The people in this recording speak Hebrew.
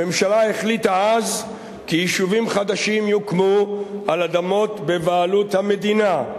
הממשלה החליטה אז כי יישובים חדשים יוקמו על אדמות בבעלות המדינה.